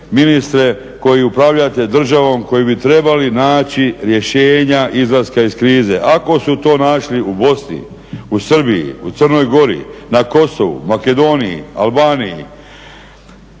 ministre koji upravljate državom koji bi trebali naći rješenja izlaska iz krize. Ako su to našli u Bosni, u Srbiji, u Crnoj Gori, na Kosovu, Makedoniji, Albaniji